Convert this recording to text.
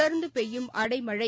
தொடர்ந்து பெய்யும் அடைமழை